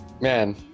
Man